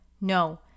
No